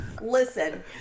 Listen